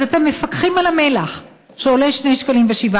אז אתם מפקחים על המלח, שעולה 2.07 שקלים,